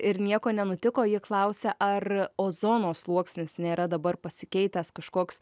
ir nieko nenutiko ji klausia ar ozono sluoksnis nėra dabar pasikeitęs kažkoks